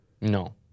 No